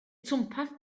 twmpath